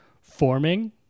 forming